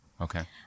Okay